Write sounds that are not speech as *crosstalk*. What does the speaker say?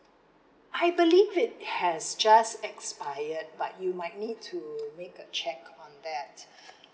I believe it has just expired but you might need to make a check on that *breath*